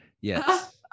Yes